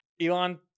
elon